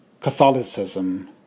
Catholicism